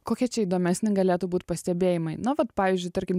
kokie čia įdomesni galėtų būt pastebėjimai na vat pavyzdžiui tarkim